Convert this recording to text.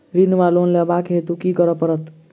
ऋण वा लोन लेबाक हेतु की करऽ पड़त?